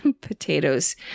potatoes